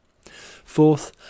Fourth